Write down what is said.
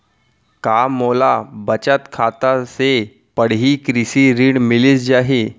का मोला बचत खाता से पड़ही कृषि ऋण मिलिस जाही?